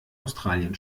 australien